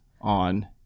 on